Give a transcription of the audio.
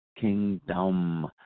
kingdom